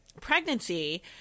pregnancy